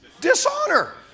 Dishonor